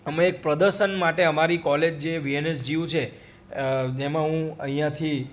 અમે એક પ્રદર્શન માટે અમારી કૉલેજ જેવીએનજીયુ છે જેમાં હું અહીંયાથી